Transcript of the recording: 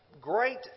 great